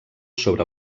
sobre